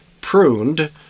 pruned